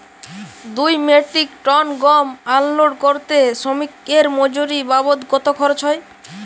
দুই metric ton গম unload করতে শ্রমিক এর মজুরি বাবদ কত খরচ হয়?